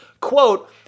Quote